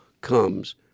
comes